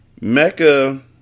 Mecca